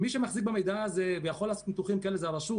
על זה בדיוק יש ועדה ברשות.